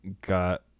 got